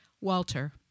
Walter